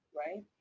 right